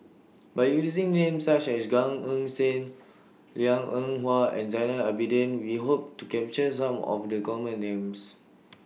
By using Names such as Gan Eng Seng Liang Eng Hwa and Zainal Abidin We Hope to capture Some of The Common Names